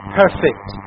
perfect